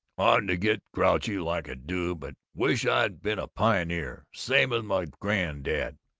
to get grouchy like i do. but wish i'd been a pioneer, same as my grand-dad.